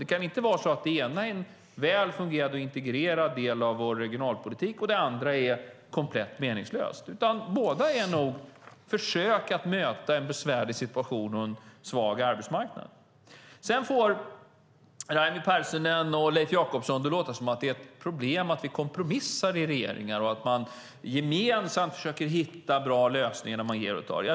Det kan inte vara så att det ena är en väl fungerande, integrerad del av vår regionalpolitik och det andra är komplett meningslöst, utan båda är nog försök att möta en besvärlig situation och en svag arbetsmarknad. Sedan får Raimo Pärssinen och Leif Jakobsson det att låta som om det är ett problem att vi kompromissar i regeringen och att man gemensamt försöker hitta bra lösningar när man ger och tar.